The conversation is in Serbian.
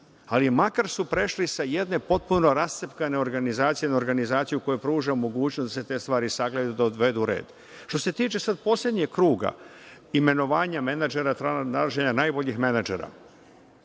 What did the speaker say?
ali su makar prešli sa jedne potpuno rascepkane organizacije na organizaciju koja pruža mogućnost da se te stvari sagledaju i dovedu u red. Što se tiče imenovanja menadžera, nalaženja najboljih menadžera,